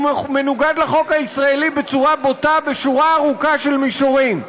הוא מנוגד לחוק הישראלי בצורה בוטה בשורה ארוכה של מישורים,